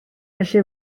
felly